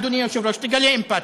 אדוני היושב-ראש, תגלה אמפתיה.